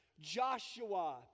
Joshua